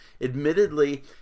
admittedly